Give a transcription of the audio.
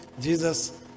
Jesus